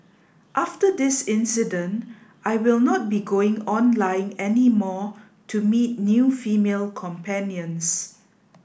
after this incident I will not be going online any more to meet new female companions